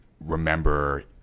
remember